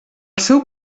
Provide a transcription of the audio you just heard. seu